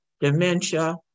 dementia